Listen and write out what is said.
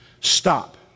Stop